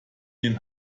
den